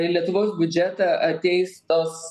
į lietuvos biudžetą ateis tos